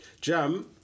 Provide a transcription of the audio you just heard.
jam